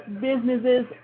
businesses